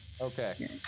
Okay